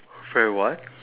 very what